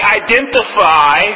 identify